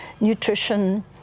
nutrition